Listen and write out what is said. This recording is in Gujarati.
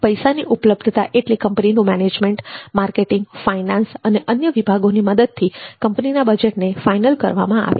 પૈસાની ઉપલબ્ધતા એટલે કંપનીનું મેનેજમેન્ટ માર્કેટિંગ ફાઈનાન્સ અને અન્ય વિભાગોની મદદથી કંપનીના બજેટને ફાઇનલ કરે છે